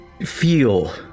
feel